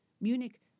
Munich